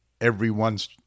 everyone's